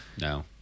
no